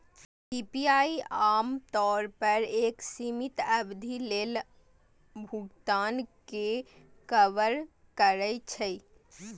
PPI आम तौर पर एक सीमित अवधि लेल भुगतान कें कवर करै छै